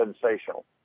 sensational